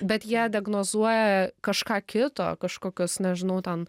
bet jie diagnozuoja kažką kito kažkokios nežinau ten